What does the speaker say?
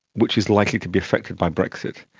which is likely to be affected by brexit.